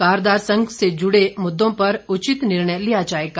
कारदार संघ के जुड़े मुद्दों पर उचित निर्णय लिया जाएगा